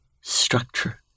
structure